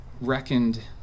reckoned